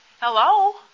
Hello